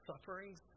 sufferings